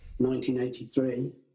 1983